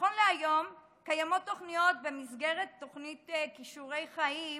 נכון להיום קיימות תוכניות במסגרת תוכנית כישורי חיים